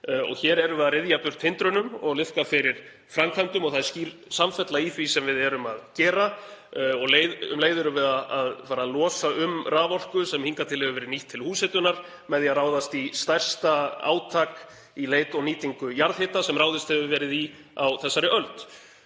Hér erum við að ryðja burt hindrunum og liðka fyrir framkvæmdum og það er skýr samfella í því sem við erum að gera. Um leið erum við að fara að losa um raforku, sem hingað til hefur verið nýtt til húshitunar, með því að ráðast í stærsta átak í leit og nýtingu jarðhita sem ráðist hefur verið í á þessari öld.